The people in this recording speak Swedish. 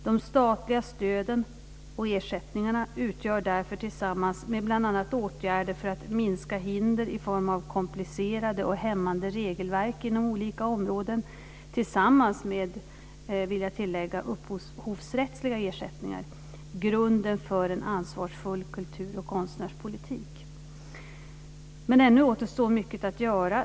De statliga stöden och ersättningarna utgör därför tillsammans med bl.a. åtgärder för att minska hinder i form av komplicerade och hämmande regelverk inom olika områden och, vill jag tillägga, upphovsrättsliga ersättningar grunden för en ansvarsfull kultur och konstnärspolitik. Men ännu återstår mycket att göra.